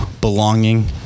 belonging